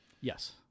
yes